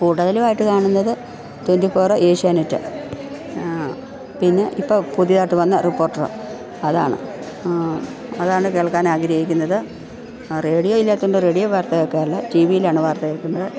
കൂടുതലുവായിട്ട് കാണുന്നത് twenty four Asianet പിന്നെ ഇപ്പം പുതിയതായിട്ട് വന്ന റിപ്പോർട്ടർ അതാണ് അതാണ് കേൾക്കാൻ ആഗ്രഹിക്കുന്നത് റേഡിയോ ഇല്ലാത്തത് കൊണ്ട് റേഡിയോ വാർത്ത കേൾക്കാറില്ല ടിവിയിലാണ് വാർത്ത കേൾക്കുന്നത്